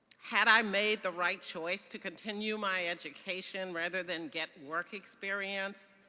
had i made the right choice to continue my education rather than get work experience?